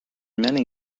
many